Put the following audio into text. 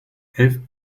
elf